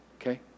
okay